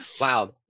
Wow